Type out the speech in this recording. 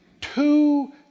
two